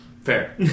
Fair